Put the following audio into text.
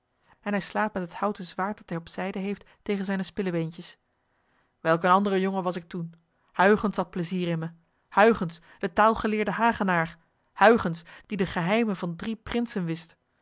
en hij slaat met het houten zwaard dat hij op zijde heeft tegen zijne spillebeentjes welk een andere jongen was ik toen huygens had plezier in me huygens de taalgeleerde hagenaar huygens die de geheimen van drie prinsen wist